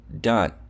done